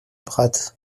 prat